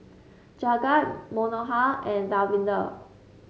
Jagat Manohar and Davinder